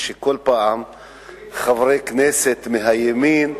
כל פעם חברי כנסת מהימין,